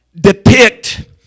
depict